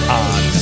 on